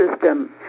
system